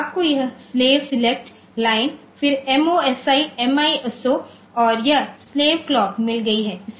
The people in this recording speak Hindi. तो आपको यह स्लेव सेलेक्ट लाइन फिर MOSI MISO और यह स्लेव क्लॉक मिल गई है